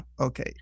Okay